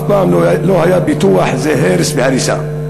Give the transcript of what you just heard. אף פעם לא היה פיתוח זהה לצווי הריסה.